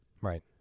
Right